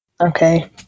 okay